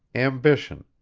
ambition,